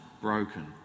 broken